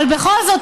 אבל בכל זאת,